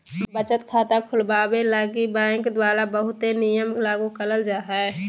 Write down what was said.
बचत खाता खुलवावे लगी बैंक द्वारा बहुते नियम लागू करल जा हय